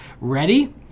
Ready